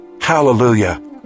Hallelujah